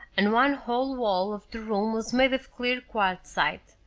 and one whole wall of the room was made of clear quartzite.